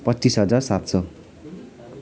पच्चिस हजार सात सय